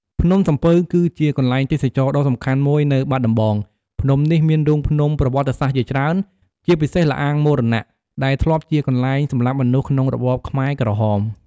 ភ្នំសំពៅគឺជាកន្លែងទេសចរណ៍ដ៏សំខាន់មួយនៅបាត់ដំបង ភ្នំនេះមានរូងភ្នំប្រវត្តិសាស្ត្រជាច្រើន ជាពិសេស ល្អាងមរណៈ ដែលធ្លាប់ជាកន្លែងសម្លាប់មនុស្សក្នុងរបបខ្មែរក្រហម។